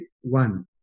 one